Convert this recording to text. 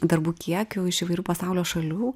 darbų kiekiu iš įvairių pasaulio šalių